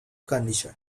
condition